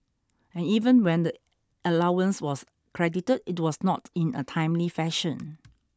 and even when the allowance was credited it was not in a timely fashion